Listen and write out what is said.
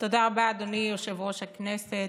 תודה רבה, אדוני יושב-ראש הכנסת.